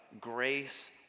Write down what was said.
Grace